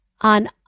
on